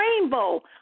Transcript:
rainbow